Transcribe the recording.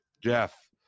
Jeff